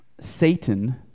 Satan